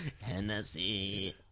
Hennessy